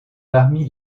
parmi